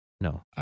No